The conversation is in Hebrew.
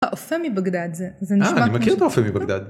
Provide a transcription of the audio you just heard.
האופה מבגדד, זה נשמע קצת.. אה, אני מכיר את האופה מבגדד. טוב.